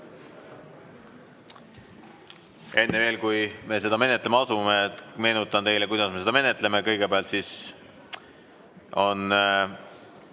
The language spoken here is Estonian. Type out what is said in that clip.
enne, kui me seda menetlema asume, meenutan teile, kuidas me seda menetleme. Kõigepealt on